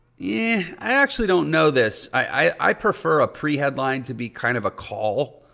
yeah i actually don't know this. i prefer a pre-headline to be kind of a call.